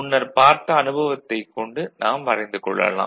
முன்னர் பார்த்த அனுபவத்தைக் கொண்டு நாம் வரைந்து கொள்ளலாம்